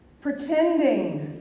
pretending